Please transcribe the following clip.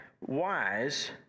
wise